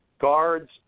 Guards